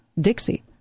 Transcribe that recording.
Dixie